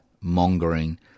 mongering